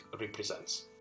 represents